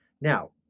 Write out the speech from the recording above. Now